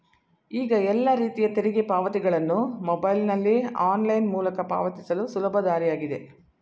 ಈಗ ಎಲ್ಲ ರೀತಿಯ ತೆರಿಗೆ ಪಾವತಿಗಳನ್ನು ಮೊಬೈಲ್ನಲ್ಲಿ ಆನ್ಲೈನ್ ಮೂಲಕ ಪಾವತಿಸಲು ಸುಲಭ ದಾರಿಯಾಗಿದೆ